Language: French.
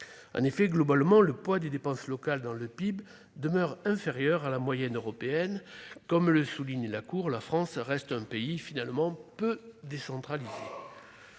l'État. Globalement, le poids des dépenses locales dans le PIB demeure inférieur à la moyenne européenne. Comme le souligne la Cour, la France reste finalement un pays peu décentralisé.